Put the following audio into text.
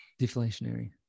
deflationary